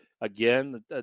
Again